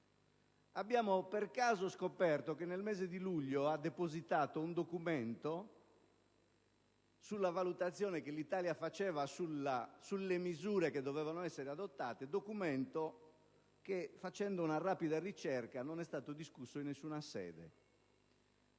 Abbiamo per caso scoperto che nel mese di luglio ha depositato un documento contenente la valutazione che l'Italia faceva delle misure che dovevano essere adottate, documento che - come risulta da una rapida ricerca - non è stato discusso in nessuna sede.